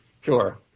Sure